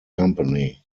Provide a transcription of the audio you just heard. company